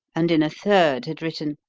and in a third had written,